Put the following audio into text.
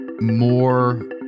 more